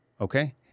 Okay